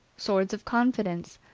swords of confidence,